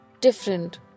different